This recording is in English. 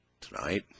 tonight